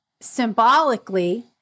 symbolically